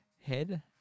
head